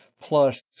plus